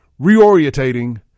reorientating